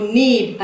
need